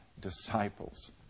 disciples